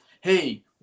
Hey